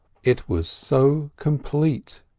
it was so complete.